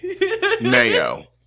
Mayo